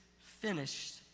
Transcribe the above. finished